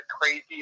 crazy